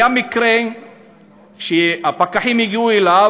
היה מקרה בטירת הכרמל שהפקחים הגיעו אליו: